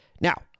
Now